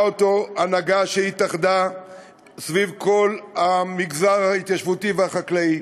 הנהגה שהתאחדה סביב כל המגזר ההתיישבותי והחקלאי.